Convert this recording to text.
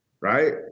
right